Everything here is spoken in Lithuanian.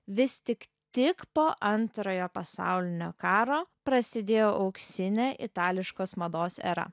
vis tik tik po antrojo pasaulinio karo prasidėjo auksinė itališkos mados era